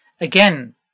again